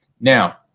Now